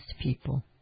people